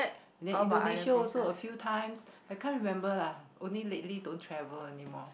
then Indonesia also a few times I can't remember lah only lately don't travel anymore